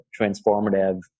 transformative